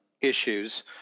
issues